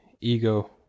ego